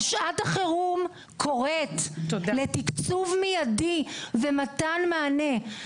ושעת החירום קוראת לתקצוב מיידי ומתן מענה.